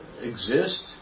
exist